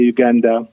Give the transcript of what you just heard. Uganda